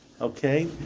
okay